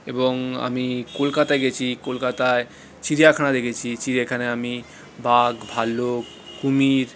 এবং আমি কলকাতায় গেছি কলকাতায় চিড়িয়াখানা দেখেছি চিড়িয়াখানায় আমি বাঘ ভাল্লুক কুমির